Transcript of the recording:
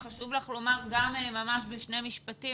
אם חשוב לך לומר משהו בשני משפטים,